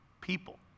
people